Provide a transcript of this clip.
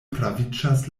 praviĝas